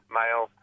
male